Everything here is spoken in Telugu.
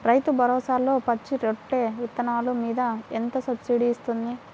రైతు భరోసాలో పచ్చి రొట్టె విత్తనాలు మీద ఎంత సబ్సిడీ ఇస్తుంది?